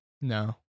No